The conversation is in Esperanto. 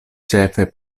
ĉefe